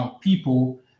people